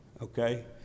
Okay